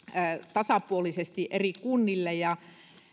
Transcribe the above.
tasapuolisesti eri kunnille ja